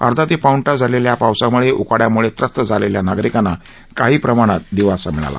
अर्धा ते पाऊणतास झालेल्या या पावसामुळे उकाड्याम्ळे ट्रस्त झालेल्या नागरिकांना काही प्रमाणात दिलासा मिळाला